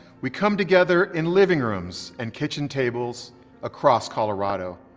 we come together in living rooms and kitchen tables across colorado,